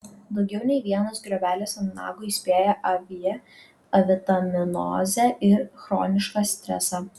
daugiau nei vienas griovelis ant nago įspėja avie avitaminozę ir chronišką stresą